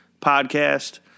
podcast